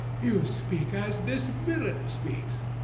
you speak as this villain speaks.